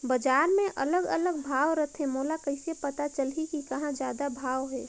बजार मे अलग अलग भाव रथे, मोला कइसे पता चलही कि कहां जादा भाव हे?